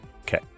Okay